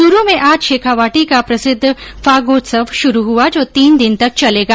चुरू में आज शेखावाटी का प्रसिद्ध फागोत्सव श्रू हुआ जो तीन दिन तक चलेगा